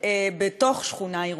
בתוך שכונה עירונית.